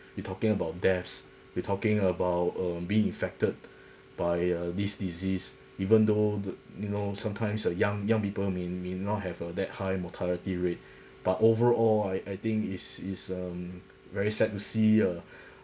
we talking about deaths we talking about um being infected by uh this disease even though d~ you know sometimes a young young people may may not have a that high mortality rate but overall I I think is is uh very sad to see uh